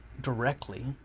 directly